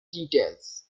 details